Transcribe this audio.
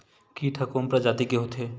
कीट ह कोन प्रजाति के होथे?